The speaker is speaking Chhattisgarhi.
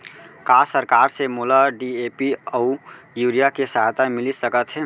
का सरकार से मोला डी.ए.पी अऊ यूरिया के सहायता मिलिस सकत हे?